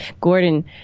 Gordon